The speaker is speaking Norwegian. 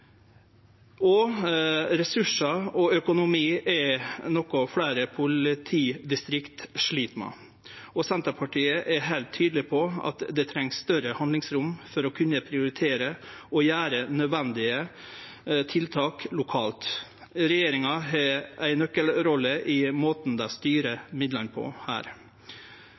Ressursar og økonomi er noko fleire politidistrikt slit med, og Senterpartiet er heilt tydeleg på at det trengst større handlingsrom for å kunne prioritere og gjere nødvendige tiltak lokalt. Regjeringa har ei nøkkelrolle i måten dei styrer midlane på her.